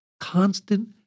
constant